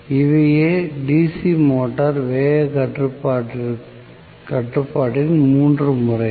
இவையே DC motor வேகக் கட்டுப்பாட்டின் மூன்று முறைகள்